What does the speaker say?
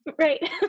Right